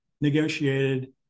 negotiated